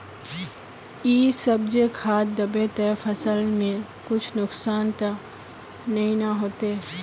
इ सब जे खाद दबे ते फसल में कुछ नुकसान ते नय ने होते